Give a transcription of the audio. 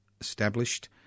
established